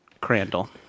Crandall